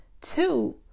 Two